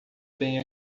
bem